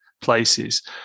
places